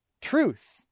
truth